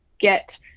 get